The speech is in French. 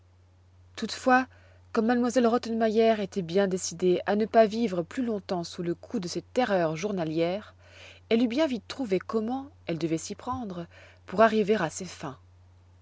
toutefois comme m elle rottenmeier était bien décidée à ne pas vivre plus longtemps sous le coup de ces terreurs journalières elle eut bien vite trouvé comment elle devait s'y prendre pour arriver à ses fins